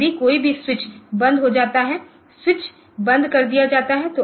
यदि कोई भी स्विच बंद हो जाता है स्विच बंद कर दिया जाता है